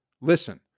Listen